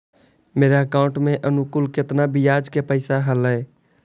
मेरे अकाउंट में अनुकुल केतना बियाज के पैसा अलैयहे?